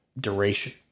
duration